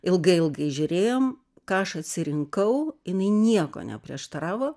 ilgai ilgai žiūrėjom ką aš atsirinkau jinai nieko neprieštaravo